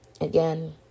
again